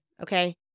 Okay